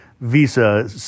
visa